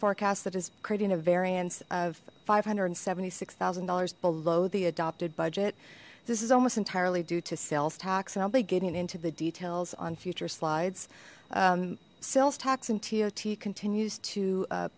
forecast that is creating a variance of five hundred and seventy six thousand dollars below the adopted budget this is almost entirely due to sales tax and i'll be getting into the details on future slides sales tax and t ot continues to